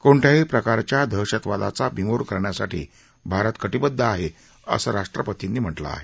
कोणत्याही प्रकारच्या दहशतवादाचा बिमोड करण्यासाठी भारत कटीबद्ध आहे असं राष्ट्रपतींनी म्हटलं आहे